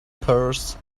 purse